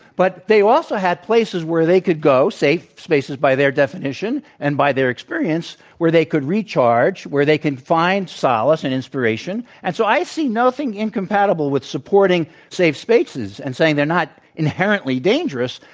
but they also had places where they could go safe spaces, by their definition, and by their experience where they could recharge, where they can find solace and inspiration. and so, i see nothing incompatible with supporting free safe spaces and saying they're not inherently dangerous,